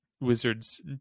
Wizards